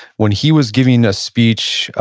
when he was giving a speech,